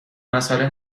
مسئله